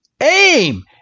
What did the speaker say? aim